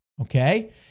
okay